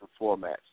formats